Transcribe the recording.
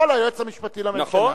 יכול היועץ המשפטי לממשלה, נכון.